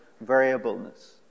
variableness